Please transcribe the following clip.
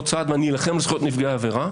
צד ואני אלחם על זכויות נפגעי העבירה,